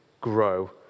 grow